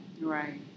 Right